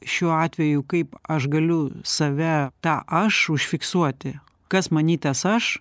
šiuo atveju kaip aš galiu save tą aš užfiksuoti kas many tas aš